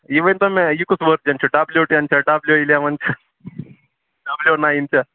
یہِ ؤنۍتو مےٚ یہِ کُس ؤرجن چھُ ڈبلیو ٹٮ۪ن چھا ڈبلیو اَلیوَن چھا ڈبلیو ناین چھا